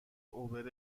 اوبر